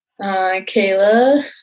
Kayla